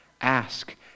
Ask